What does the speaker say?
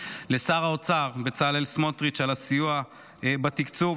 לשר האוצר בצלאל סמוטריץ' על הסיוע בתקצוב,